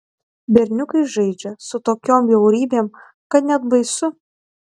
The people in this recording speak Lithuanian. berniukai žaidžia su tokiom bjaurybėm kad net baisu